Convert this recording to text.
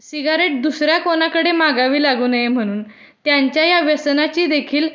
cigarette दुसऱ्या कोणाकडे मागावी लागू नये म्हणून त्यांच्या या व्यसनाची देखील